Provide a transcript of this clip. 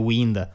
Wind